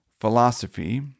philosophy